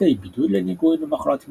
בתי בידוד לנגועים במחלות מידבקות,